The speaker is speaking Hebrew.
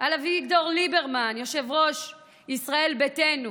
על אביגדור ליברמן, יושב-ראש ישראל ביתנו,